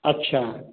अच्छा